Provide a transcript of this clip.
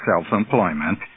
self-employment